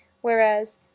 whereas